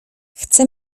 chcę